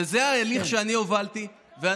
וזה ההליך שאני הובלתי.